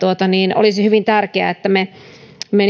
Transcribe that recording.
olisi hyvin tärkeää että me me